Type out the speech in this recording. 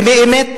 באמת,